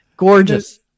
gorgeous